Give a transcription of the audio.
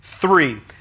Three